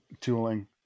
tooling